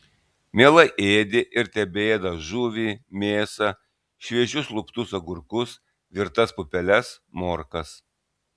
mielai ėdė ir tebeėda žuvį mėsą šviežius luptus agurkus virtas pupeles morkas